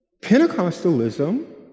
Pentecostalism